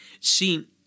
See